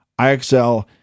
IXL